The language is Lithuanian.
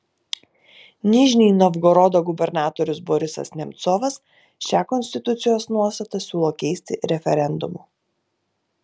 nižnij novgorodo gubernatorius borisas nemcovas šią konstitucijos nuostatą siūlo keisti referendumu